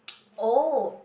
oh